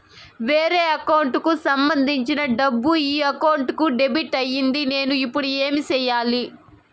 వేరే అకౌంట్ కు సంబంధించిన డబ్బు ఈ అకౌంట్ కు డెబిట్ అయింది నేను ఇప్పుడు ఏమి సేయాలి